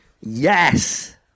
Yes